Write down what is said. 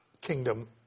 kingdom